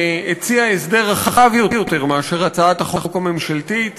שהציעה הסדר רחב יותר מאשר הצעת החוק הממשלתית.